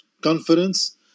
conference